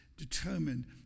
determined